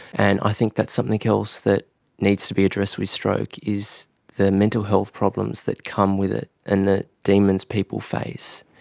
and i think that's something else that needs to be addressed with stroke, is the mental health problems that come with it and the demons people face,